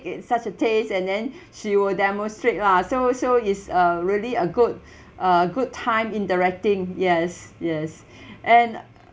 in such a taste and then she will demonstrate lah so so is a really a good a good time interacting yes yes and